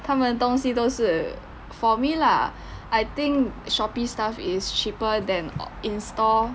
他们东西都是 for me lah I think shopee's stuff is cheaper than or in stall